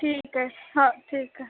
ठीक आहे हो ठीक आहे